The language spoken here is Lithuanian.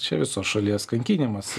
čia visos šalies kankinimas